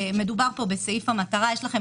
מדובר פה בסעיף המטרה של הכללים הללו.